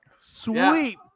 sweet